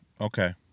Okay